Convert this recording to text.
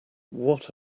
what